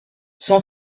son